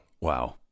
wow